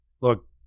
look –